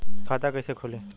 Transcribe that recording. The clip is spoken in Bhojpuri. खाता कईसे खुली?